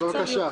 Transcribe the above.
אני מבקשת